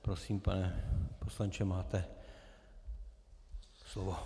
Prosím, pane poslanče, máte slovo.